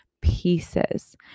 pieces